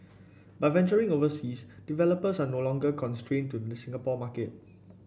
by venturing overseas developers are no longer constrained to the Singapore market